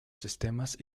sistemas